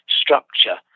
structure